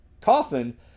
coffin